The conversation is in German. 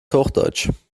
hochdeutsch